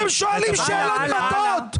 אתם שואלים שאלות מטעות.